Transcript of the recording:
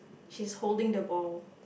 she's holding the ball